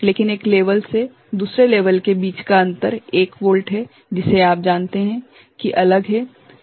लेकिन एक लेवल से दूसरे लेवल के बीच का अंतर एक वोल्ट है जिसे आप जानते हैं कि अलग है जो वह है